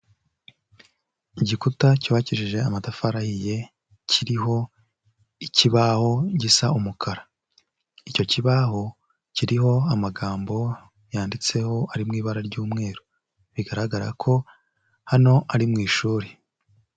Igikuta cyubakishije amatafari ahiye kiriho ikibaho gisa umukara, icyo kibaho kiriho amagambo yanditseho ari mu ibara ry'umweru, bigaragara ko hano ari mu ishuri.